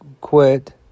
quit